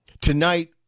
Tonight